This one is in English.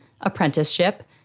apprenticeship